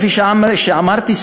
כפי שאמרתי,